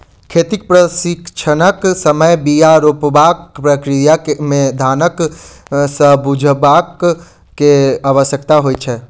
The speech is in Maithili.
खेतीक प्रशिक्षणक समय बीया रोपबाक प्रक्रिया के ध्यान सँ बुझबअ के आवश्यकता होइत छै